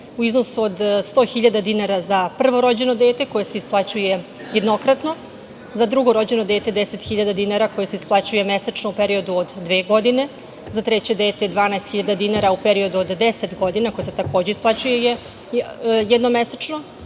u iznosu od 100.000 dinara za prvo rođeno dete, koja se isplaćuje jednokratno, za drugo rođeno dete 10.000 dinara koji se isplaćuju mesečno u periodu od dve godine, za treće dete 12.000 dinara u periodu od 10 godina, koja se takođe isplaćuje jednom mesečno,